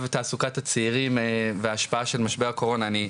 תעסוקת הצעירים וההשפעה של משבר הקורונה.